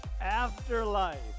Afterlife